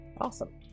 Awesome